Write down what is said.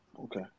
okay